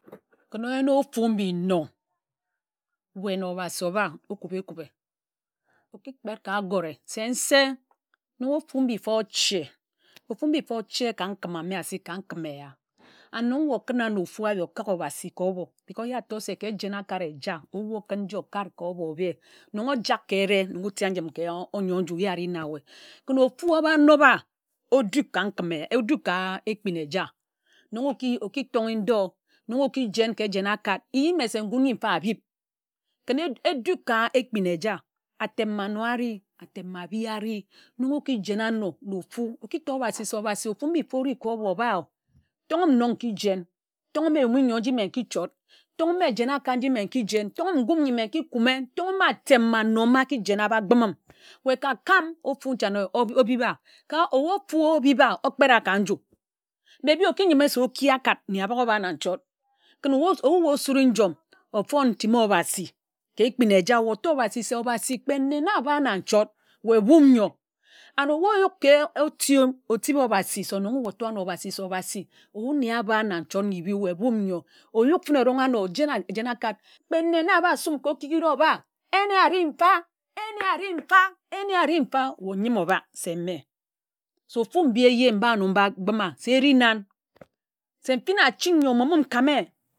Ken oyen ofu mbi nne weh na obhasi oba okubi ekube oki kped ka agọre se nse na ofu mbi mfa oche ofu mbi mfa oche ka nkim ame asi ka nkim eya and nok nga okuna ano ofu abi okak obhasi ka obo because ye áto se ka ejen akad eja owu okun nji okak njim ka onye njim ye ari na ye ken ofu ōba nob a oduk ka ekpin eja nnon oki tongē ndo nnon oki jen ka ejen akad ńyi mme se ngun ńyi mfa abib ken edu ekpin eja atem anor ari atem ábi ari nnon oki jen ano na ofu oki tor obhasi se obhasi ofu mbi mfa ori ka obo oba o ton nnon ki jen tonhe mme eyumi nchort ton ge ejen akad nji mme nki jen tonge nkúm ńyi mme nki kume ton ge mme atem mba ano mba aki jen aba kpi-min ka kam ofu nchane obib a owu ofu obib a okpera ka nju maybe oki yime se oki akad nne abak ȯba na nchort ken ebu ebu osuri-njom ofon̄ ntimi obhasi ka ekpin eja weh otor obhasi se obhasi kpe nne na aba na nchort weh mbuum ńyor and ye oyuk ka otip obhasi se nnon weh ótor ano abhasi se ebu nne ába na nchort ńyi îbe ye buum ńyor oyuk fene erońg ano ojen ejen- a- akad kpe nne na āba sūm ka okik óba ene ari mfa ene ari mfa ene ari mfa weh ōnyime obak se mme se ofu mbi eje mba áno mba kpime se erinan se mfin achin ńyi amomim nkame.